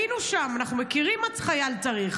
היינו שם, אנחנו מכירים מה חייל צריך.